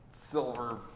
silver